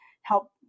help